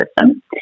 system